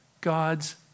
God's